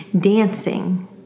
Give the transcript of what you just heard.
dancing